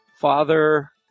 father